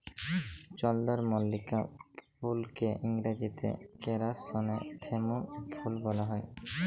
চলদরমল্লিকা ফুলকে ইংরাজিতে কেরাসনেথেমুম ফুল ব্যলা হ্যয়